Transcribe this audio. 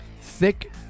Thick